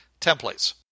templates